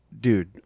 dude